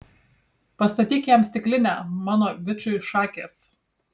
pastatyk jam stiklinę mano bičui šakės